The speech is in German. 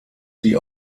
sie